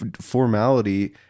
formality